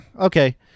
okay